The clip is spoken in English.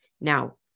Now